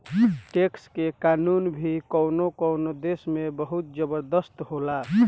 tax के कानून भी कवनो कवनो देश में बहुत जबरदस्त होला